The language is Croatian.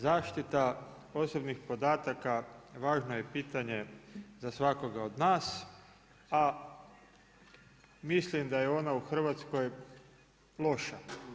Zaštita osobnih podataka važno je pitanje za svakoga od nas, a mislim da je ona u Hrvatskoj loša.